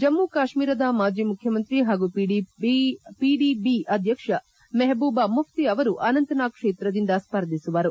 ಜಮ್ಮ ಕಾಶ್ಮೀರದ ಮಾಜಿ ಮುಖ್ಯಮಂತ್ರಿ ಹಾಗೂ ಪಿಡಿಐ ಅಧ್ವಕ್ಷ ಮೆಹಬೂಬ ಮುಫ್ತಿ ಅವರು ಅನಂತನಾಗ್ ಕ್ಷೇತ್ರದಿಂದ ಸ್ಪರ್ಧಿಸುವರು